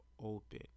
open